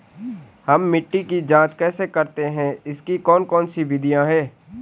हम मिट्टी की जांच कैसे करते हैं इसकी कौन कौन सी विधियाँ है?